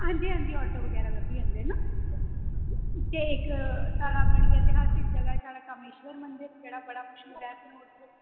auto rickshaw किश बी normal rickshaw करियै तुस जाई सकदे ओ बस्स दस मिनट लग्गने तुसें गी बद्ध थमां बद्ध